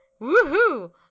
woohoo